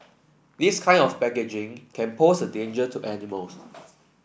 this kind of packaging can pose a danger to animals